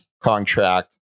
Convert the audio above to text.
contract